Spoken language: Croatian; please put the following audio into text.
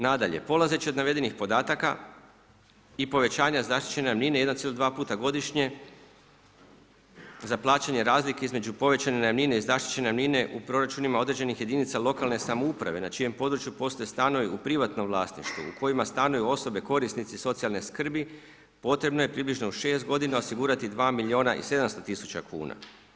Nadalje, polazeći od navedenih podataka, i povećanje zaštićene najamnine 1,2 puta godišnje, za plaćanje razlike između povećanje najamnine i zaštićene najamnine u proračunima određenih jedinica lokalne samouprave na čijem području postoji stanovi u privatnom vlasništvu u kojima stanuju osobe, korisnici socijalne skrbi, potrebno je približno u 6 g. osigurati 2 milijuna i 700 tisuća kuna.